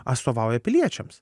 atstovauja piliečiams